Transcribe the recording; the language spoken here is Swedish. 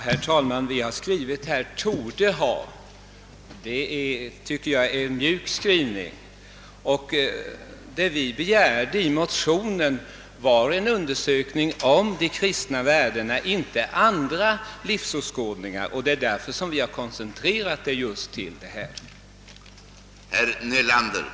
Herr talman! Vi har i reservationen skrivit »torde ha», och jag tycker att detta är en mjuk skrivning. Vad som begärdes i motionen var en undersökning om de kristna värdena och inte om andra livsåskådningar, och det är därför som vi har koncentrerat oss till just detta.